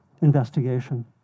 investigation